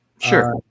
Sure